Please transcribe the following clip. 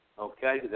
Okay